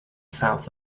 south